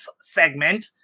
segment